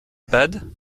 bade